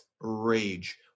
rage